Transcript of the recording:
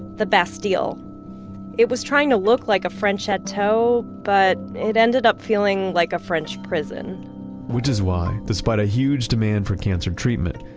the bastille. it was trying to look like a french chateau but it ended up feeling like a french prison which is why, despite a huge demand for cancer treatment,